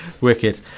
wicked